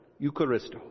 Eucharisto